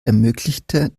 ermöglichte